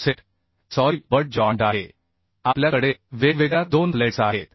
plates समजा आपल्याकडे एक गुसेट सॉरी बट जॉइंट आहे आपल्या कडे वेगवेगळ्या जाडीच्या दोन प्लेट्स आहेत